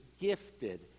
gifted